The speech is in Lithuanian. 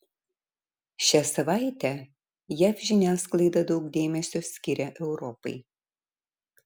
šią savaitę jav žiniasklaida daug dėmesio skiria europai